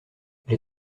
les